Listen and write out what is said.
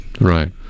Right